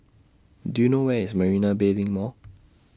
Do YOU know Where IS Marina Bay LINK Mall